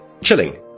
chilling